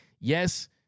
Yes